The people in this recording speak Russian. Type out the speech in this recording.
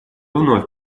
вновь